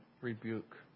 rebuke